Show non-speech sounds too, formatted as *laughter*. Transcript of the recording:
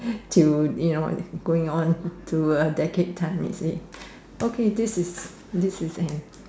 *breath* till you know going on to a decade time is it okay this is this is an